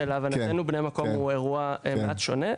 בעינינו בני מקום הוא אירוע מעט שונה.